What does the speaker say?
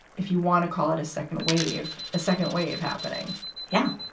if you want to call it a second wave. a second wave happening yeah.